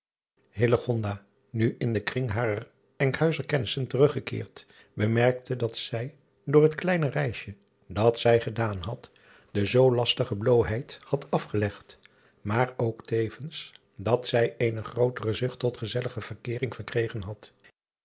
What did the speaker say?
nu in den kring harer nkhuizer kennissen teruggekeerd bemerkte dat zij door het kleine reisje dat zij gedaan had de zoo lastige bloôheid had afgelegd maar ook tevens dat zij eene grootere zucht tot gezellige verkeering gekregen had